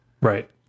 Right